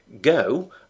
go